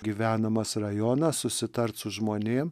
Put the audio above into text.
gyvenamas rajonas susitarti su žmonėms